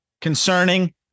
concerning